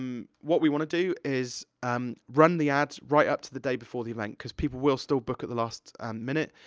um what we wanna do is um run the ads right up to the day before the event, cause people will still book at the last um minute.